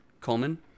Coleman